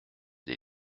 des